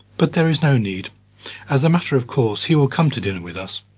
but there is no need as a matter of course he will come to dinner with us.